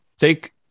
take